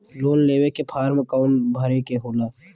Loan लेवे के form कौन भरे के होला?